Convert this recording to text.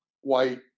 white